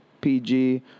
PG